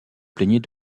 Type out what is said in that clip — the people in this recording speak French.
plaignait